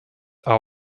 are